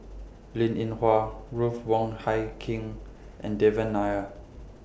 Linn in Hua Ruth Wong Hie King and Devan Nair